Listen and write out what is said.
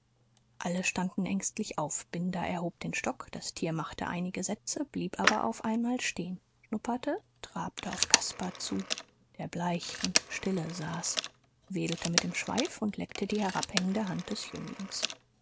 alle standen ängstlich auf binder erhob den stock das tier machte einige sätze blieb aber auf einmal stehen schnupperte trabte auf caspar zu der bleich und stille saß wedelte mit dem schweif und leckte die herabhängende hand des jünglings